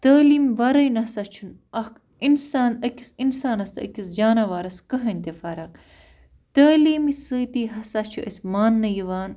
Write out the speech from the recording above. تعلیٖم وَرٲے نَسا چھُنہٕ اَکھ اِنسان أکِس اِنسانَس تہِ أکِس جانَوارَس کٔہٕیٖنٛۍ تہِ فرق تعلیٖم سۭتی ہسا چھِ أسۍ ماننہٕ یِوان